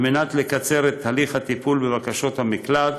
על מנת לקצר את הליך הטיפול בבקשות המקלט